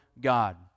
God